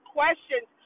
questions